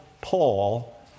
Paul